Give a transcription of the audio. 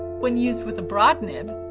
when used with a broad nib,